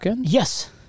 Yes